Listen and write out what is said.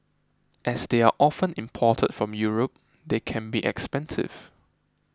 as they are often imported from Europe they can be expensive